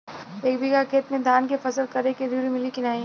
एक बिघा खेत मे धान के फसल करे के ऋण मिली की नाही?